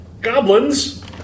goblins